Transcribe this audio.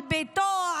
על ביתו,